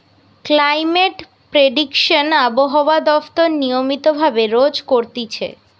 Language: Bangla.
ক্লাইমেট প্রেডিকশন আবহাওয়া দপ্তর নিয়মিত ভাবে রোজ করতিছে